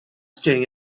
staring